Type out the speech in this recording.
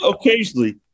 Occasionally